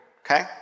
Okay